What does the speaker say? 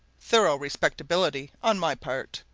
thorough respectability on my part.